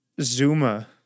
Zuma